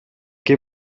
che